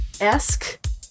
esque